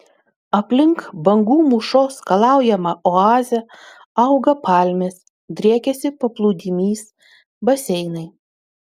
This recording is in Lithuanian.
aplink bangų mūšos skalaujamą oazę auga palmės driekiasi paplūdimys baseinai